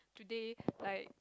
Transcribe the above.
they like